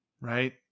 right